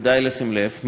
כדאי לשים לב,